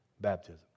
baptism